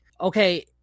okay